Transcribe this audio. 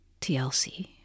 TLC